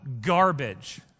garbage